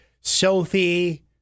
Sophie